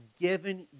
given